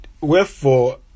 Wherefore